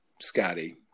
Scotty